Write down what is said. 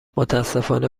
متاسفانه